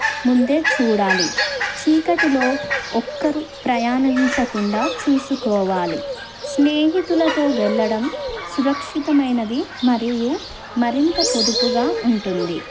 ముందే చూడాలి చీకటిలో ఒక్కరు ప్రయాణించకుండా చూసుకోవాలి స్నేహితులతో వెళ్ళడం సురక్షితమైనది మరియు మరింత పొదుపుగా ఉంటుంది